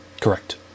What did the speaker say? Correct